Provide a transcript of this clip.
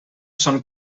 son